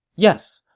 yes.